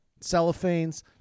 cellophanes